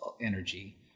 energy